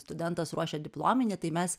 studentas ruošia diplominį tai mes